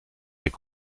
est